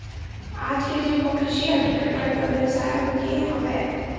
आज के जुग म कृषि ह बिकट बड़का बेवसाय हो गे हवय